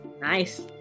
Nice